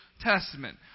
Testament